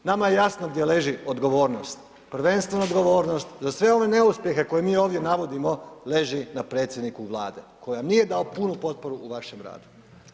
Nama je jasno gdje leži odgovornost, prvenstveno odgovornost za sve ove neuspjehe koje mi ovdje navodimo leži na predsjedniku Vlade, koji vam nije dao punu potporu u vašem radu.